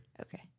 Okay